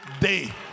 day